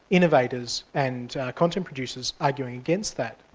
innovators and content producers arguing against that,